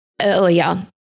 earlier